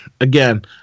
Again